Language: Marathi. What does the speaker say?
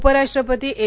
उपराष्ट्रपती एम